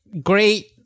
great